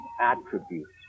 attributes